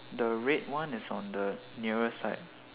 the red one is on the nearest side